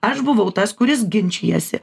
aš buvau tas kuris ginčijasi